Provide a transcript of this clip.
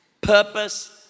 purpose